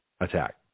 attack